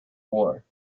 war